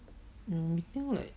hmm retail like